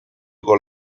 con